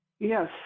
Yes